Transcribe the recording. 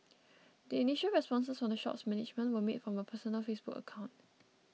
the initial responses from the shop's management were made from a personal Facebook account